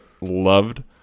loved